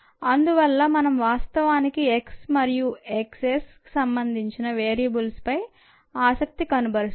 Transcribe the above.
అందువల్ల మనం వాస్తవానికి x మరియు x s సంబంధించిన వేరియబుల్స్ పై ఆసక్తి కనబరుస్తాం